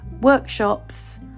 workshops